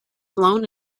blown